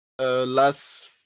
last